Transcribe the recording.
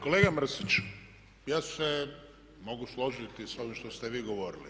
Kolega Mrsić, ja se mogu složiti sa ovim što ste vi govorili.